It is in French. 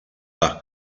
par